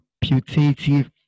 putative